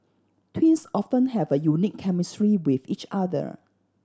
twins often have a unique chemistry with each other